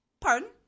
Pardon